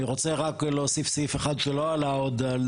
אני רוצה רק להוסיף סעיף אחד שלא עלה עוד על